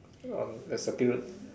ah that's a period